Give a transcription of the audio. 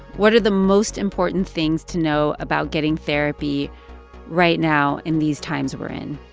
what are the most important things to know about getting therapy right now, in these times we're in?